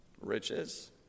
Riches